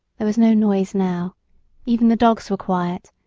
there was no noise now even the dogs were quiet,